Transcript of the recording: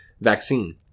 vaccine